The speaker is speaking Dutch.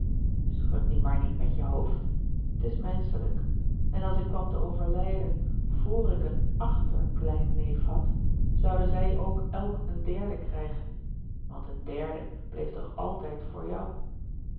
schud nu maar niet met je hoofd t is menschelijk en als ik kwam te overgerard keller het testament van mevrouw de tonnette lijden vr ik een achterkleinneef had zouden zij ook elk een derde krijgen want een derde bleef toch altijd voor jou